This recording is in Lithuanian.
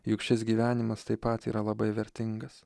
juk šis gyvenimas taip pat yra labai vertingas